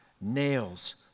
Nails